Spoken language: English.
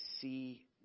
see